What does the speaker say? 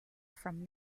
from